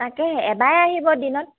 তাকেহে এবাৰে আহিব দিনত